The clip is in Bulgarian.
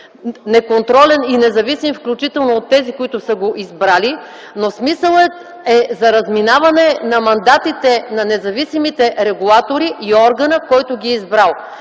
неконтролен и независим, включително от тези, които са го избрали. Но смисълът е за разминаване на мандатите на независимите регулатори и органа, който ги е избрал.